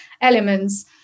elements